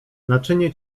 naczynie